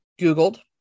googled